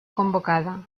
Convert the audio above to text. convocada